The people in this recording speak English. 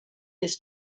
his